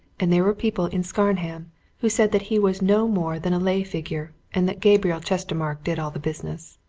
and there were people in scarnham who said that he was no more than a lay-figure, and that gabriel chestermarke did all the business.